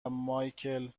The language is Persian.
مایکل